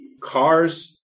cars